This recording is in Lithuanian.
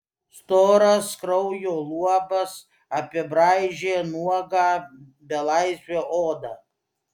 storas kraujo luobas apibraižė nuogą belaisvio odą